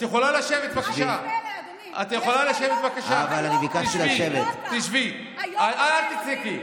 להעיר לך ואתה לא תתעצבן.